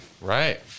Right